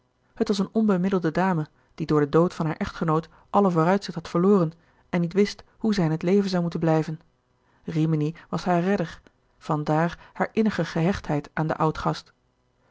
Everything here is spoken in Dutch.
het was een onbemiddelde dame die door den dood van haar echtgenoot alle vooruitzicht had verloren en niet wist hoe zij in t leven zou moeten blijven rimini was haar redder van daar hare innige gehechtheid aan den oudgast